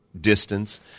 distance